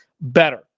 better